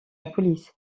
police